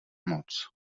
moc